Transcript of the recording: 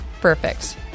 Perfect